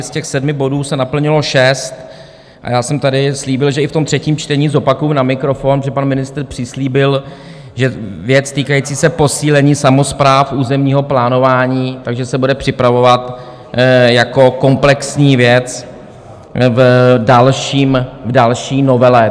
Z těch sedmi bodů se naplnilo šest a já jsem tady slíbil, že i ve třetím čtení zopakuji na mikrofon, že pan ministr přislíbil, že věc týkající se posílení samospráv, územního plánování, že se bude připravovat jako komplexní věc v další novele.